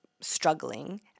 struggling